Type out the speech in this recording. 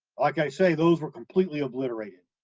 like i say, those were completely obliterated.